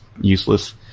useless